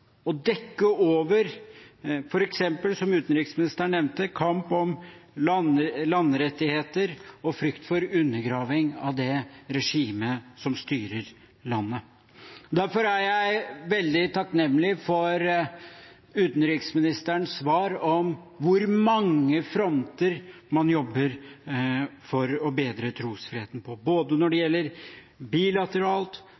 dekke over – som utenriksministeren nevnte – f.eks. kamp om landrettigheter og frykt for undergraving av det regimet som styrer landet. Derfor er jeg veldig takknemlig for utenriksministerens svar om hvor mange fronter man jobber på for å bedre trosfriheten: